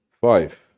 five